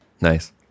Nice